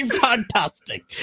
fantastic